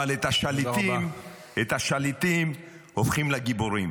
-- אבל את השליטים הופכים לגיבורים.